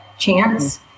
Chance